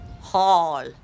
Hall